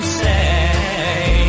say